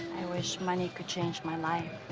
i wish money could change my life.